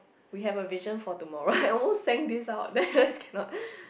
we have a vision for tomorrow I almost sang this out then I realised cannot